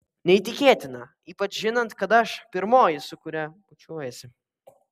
neįtikėtina ypač žinant kad aš pirmoji su kuria bučiuojiesi